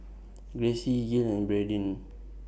Gracie Gil and Bradyn